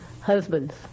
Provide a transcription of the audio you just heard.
Husbands